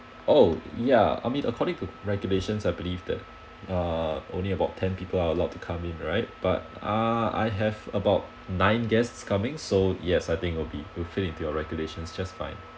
oh ya I mean according to regulations I believe that uh only about ten people are allowed to come in right but ah I have about nine guests coming so yes I think it'll be fulfilled into your regulations just fine